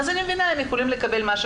אז אני מבינה שהם יכולים לקבל משהו